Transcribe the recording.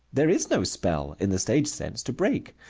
there is no spell, in the stage sense, to break.